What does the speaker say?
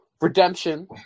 redemption